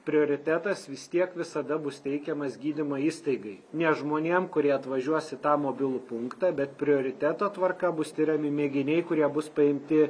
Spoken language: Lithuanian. prioritetas vis tiek visada bus teikiamas gydymo įstaigai ne žmonėm kurie atvažiuos į tą mobilų punktą bet prioriteto tvarka bus tiriami mėginiai kurie bus paimti